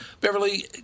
Beverly